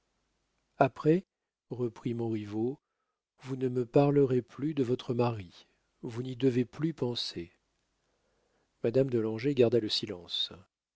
après reprit montriveau vous ne me parlerez plus de votre mari vous n'y devez plus penser madame de langeais garda le silence